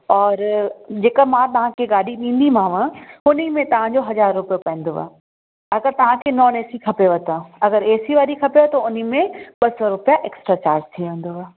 और जेका मां तव्हांखे गाॾी ॾींदीमाव उनमें तव्हांजो हज़ारु रुपियो पवदुव अगरि तव्हांखे नोन एसी खपेव त अगरि एसी वारी खपेव त उनमें ॿ सौ रुपिया एक्स्ट्रा चार्ज थी वेंदव